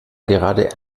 gerade